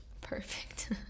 Perfect